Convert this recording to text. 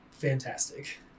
fantastic